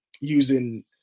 using